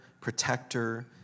protector